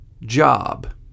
job